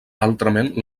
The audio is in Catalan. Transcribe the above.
altrament